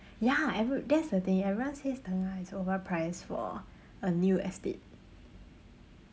ya every~ that's the thing everyone says tengah is overpriced for a new estate